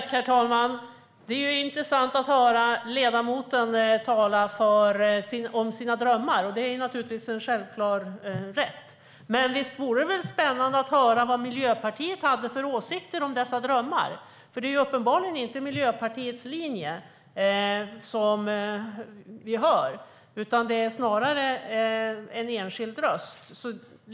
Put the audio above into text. Herr talman! Det är intressant att höra ledamoten tala om sina drömmar. Det är naturligtvis en självklar rätt. Men visst vore det spännande att höra vad Miljöpartiet har för åsikter om dessa drömmar, för det är uppenbarligen inte Miljöpartiets linje som vi hör. Det är snarare en enskild röst.